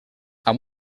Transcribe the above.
amb